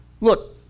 Look